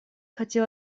хотел